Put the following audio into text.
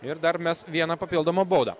ir dar mes vieną papildomą baudą